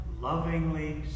lovingly